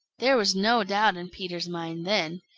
there was no doubt in peter's mind then.